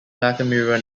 nakamura